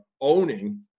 owning